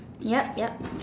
yup yup